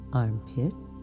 armpit